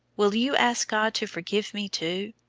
will you ask god to forgive me too?